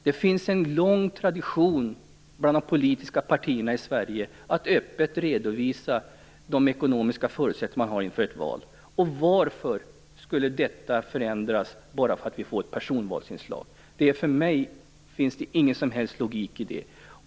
Det finns en lång tradition bland de politiska partierna i Sverige att öppet redovisa de ekonomiska förutsättningar man har inför ett val. Varför skulle detta förändras bara därför att vi får ett personvalsinslag? För mig finns det ingen som helst logik i det.